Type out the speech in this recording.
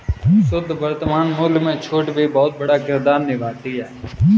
शुद्ध वर्तमान मूल्य में छूट भी बहुत बड़ा किरदार निभाती है